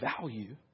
value